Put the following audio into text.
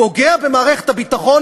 פוגע במערכת הביטחון,